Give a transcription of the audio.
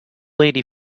lady